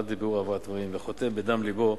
עד לבירור והבהרת הדברים." וחותם בדם לבו,